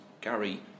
Gary